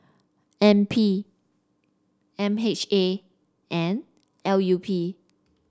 N P M H A and L U P